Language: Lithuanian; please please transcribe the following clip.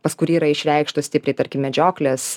pas kurį yra išreikštos stipriai tarkim medžioklės